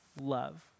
love